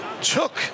Took